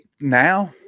Now